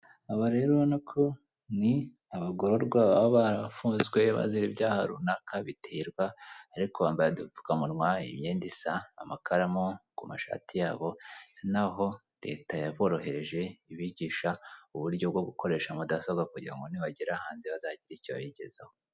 Aba rero urabona ko ni abagororwa baba barafunzwe bzira ibyaha runaka biterwa ariko bambaye udupfukamunwa imyenda isa amakaramu ku mashati ndetse n'aho Leta yaborohereje ibigisha uburyo bwo gukoresha mudasobwa kugira ngo nibagera hanze bazagire icyo bigezaho.